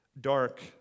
dark